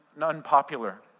unpopular